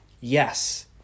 Yes